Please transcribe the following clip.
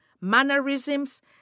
mannerisms